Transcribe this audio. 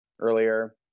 earlier